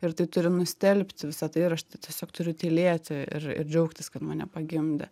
ir tai turi nustelbti visa tai ir aš tiesiog turiu tylėti ir ir džiaugtis kad mane pagimdė